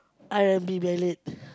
R-and-B ballad